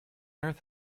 earth